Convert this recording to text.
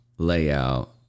layout